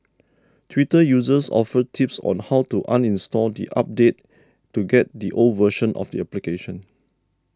twitter users offered tips on how to uninstall the update to get the old version of the application